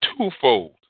twofold